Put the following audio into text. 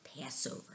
Passover